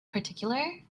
particular